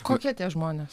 kokie žmonės